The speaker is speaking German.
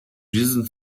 diesen